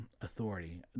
authority